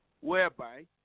whereby